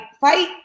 fight